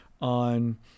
on